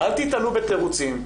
אל תיטלו בתירוצים,